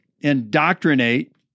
indoctrinate